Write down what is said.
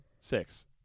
Six